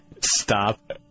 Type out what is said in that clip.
Stop